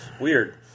Weird